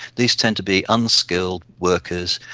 these tend to be unskilled workers,